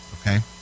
okay